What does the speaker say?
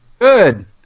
good